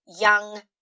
young